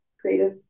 creative